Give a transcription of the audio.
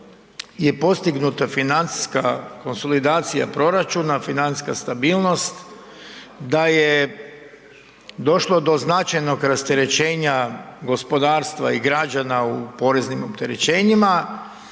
je postignuta financijska konsolidacija proračuna, financijska stabilnost, da je došlo do značajnog rasterećenja gospodarstva i građana u poreznim opterećenjima,